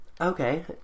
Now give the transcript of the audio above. Okay